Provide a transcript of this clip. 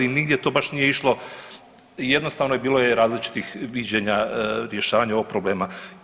Nigdje to baš nije išlo jednostavno i bilo je različitih viđenja rješavanja ovog problema.